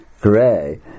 gray